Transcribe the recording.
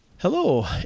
Hello